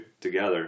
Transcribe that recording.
together